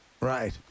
right